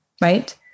right